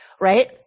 right